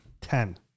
Ten